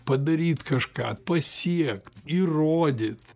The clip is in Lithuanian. padaryt kažką pasiekt įrodyt